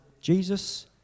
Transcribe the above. Jesus